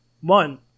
One